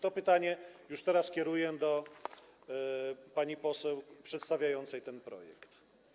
To pytanie już teraz kieruję do pani poseł przedstawiającej ten projekt.